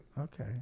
Okay